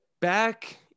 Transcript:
Back